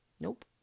Nope